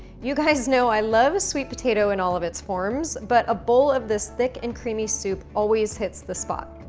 you guys know i love sweet potato in all of its forms but a bowl of this thick and creamy soup always hits the spot.